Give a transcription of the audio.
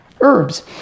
herbs